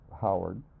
howard